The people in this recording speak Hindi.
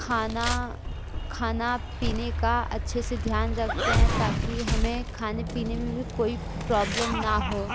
खाना खाना पीने का अच्छे से ध्यान रखते हैं ताकि हमें खाने पीने में भी कोई प्रॉब्लम न हो